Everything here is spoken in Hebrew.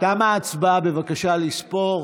תמה ההצבעה, בבקשה לספור.